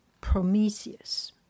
Prometheus